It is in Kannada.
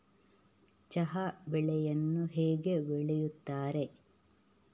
ಚಹಾ ಬೆಳೆಯನ್ನು ಹೇಗೆ ಬೆಳೆಯುತ್ತಾರೆ?